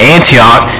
Antioch